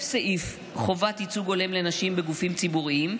סעיף חובת ייצוג הולם לנשים בגופים ציבוריים,